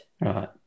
Right